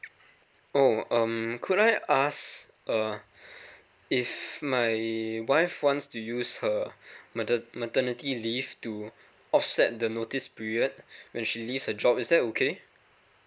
oh um could I ask err if my wife wants to use her mater maternity leave to offset the notice period when she leaves her job is that okay